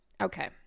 Okay